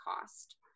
cost